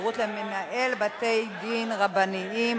כשירות למנהל בתי-דין רבניים),